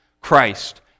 Christ